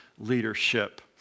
leadership